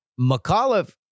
McAuliffe